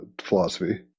philosophy